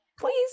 please